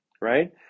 right